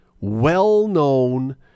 well-known